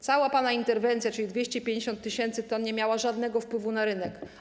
Cała pana interwencja, czyli 250 tys. t, nie miała żadnego wpływu na rynek.